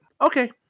okay